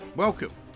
welcome